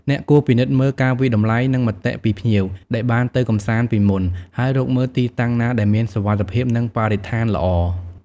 អ្នកគួរពិនិត្យមើល ការវាយតម្លៃ និង មតិពីភ្ញៀវ ដែលបានទៅកម្សាន្តពីមុន ហើយរកមើលទីតាំងណាដែលមាន សុវត្ថិភាព និងបរិស្ថានល្អ។